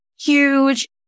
huge